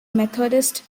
methodist